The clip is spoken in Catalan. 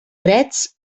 drets